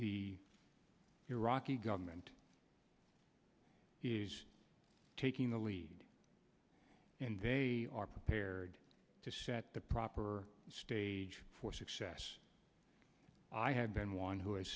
the iraqi government is taking the lead and they are prepared to set the proper stage for success i have been one who